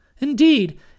Indeed